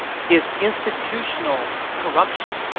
is institutional corruption.